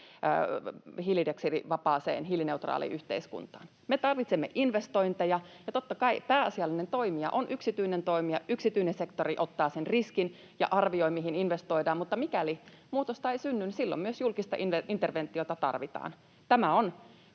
hiilidioksidivapaaseen, hiilineutraaliin yhteiskuntaan. Me tarvitsemme investointeja, ja totta kai pääasiallinen toimija on yksityinen toimija. Yksityinen sektori ottaa sen riskin ja arvioi, mihin investoidaan, mutta mikäli muutosta ei synny, niin silloin myös julkista interven-tiota tarvitaan. Tämä on